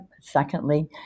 Secondly